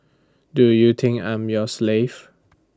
do you think I'm your slave